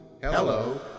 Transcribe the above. Hello